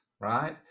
right